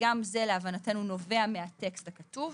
וגם זה להבנתנו נובע מהטקסט הכתוב,